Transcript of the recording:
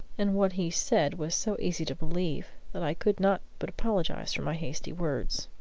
and what he said was so easy to believe, that i could not but apologize for my hasty words.